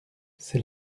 c’est